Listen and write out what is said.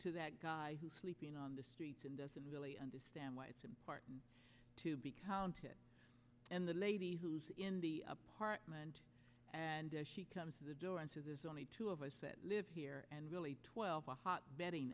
to that guy who's sleeping on the streets and doesn't really understand why it's important to be counted and the lady who's in the apartment and she comes to the door and says there's only two of us that live here and really twelve a hotbe